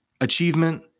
achievement